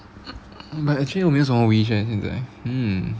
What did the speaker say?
but actually 我没什么 wish eh 现在 mm